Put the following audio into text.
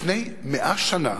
לפני 100 שנה